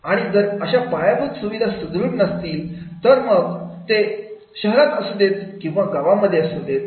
आणि जर अशा पायाभूत सुविधा सुदृढ नसतील तर मग ते शहरात असू देत किंवा गावांमध्ये असतात